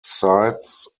sites